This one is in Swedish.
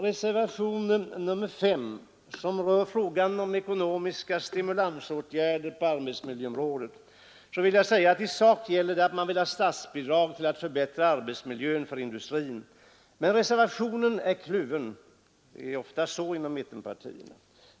Reservationen 5 rör frågan om stimulansåtgärder på arbetsmiljöområdet. I sak betyder det att man vill ha statsbidrag för att förbättra arbetsmiljön inom industrin. Men reservationen är kluven; det är ofta så inom mittenpartierna.